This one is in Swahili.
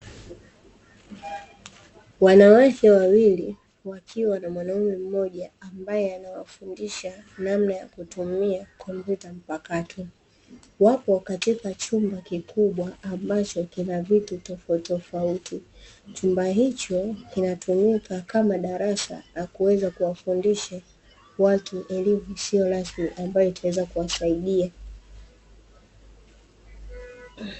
Wanawake wawili wakiwa na mwanamume mmoja ambaye anawafundisha namna ya kutumia kompyuta mpakato. Wapo katika chumba kikubwa ambacho kina vitu tofautitofauti. Chumba hicho kinatumika kama darasa la kuweza kuwafundisha watu elimu isiyo rasmi ambayo itaweza kuwasaidia.